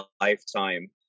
lifetime